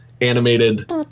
animated